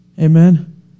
amen